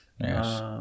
Yes